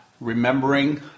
remembering